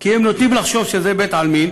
כי הם נוטים לחשוב שזה בית-עלמין